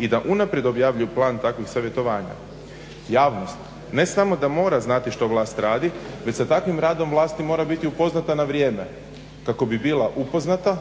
i unaprijed objave plan takvih savjetovanja. Javnost ne samo da mora znati što vlast radi, već sa takvim radom vlasti mora biti upoznata na vrijeme kako bi bila upoznata